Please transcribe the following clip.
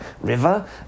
river